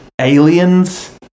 Aliens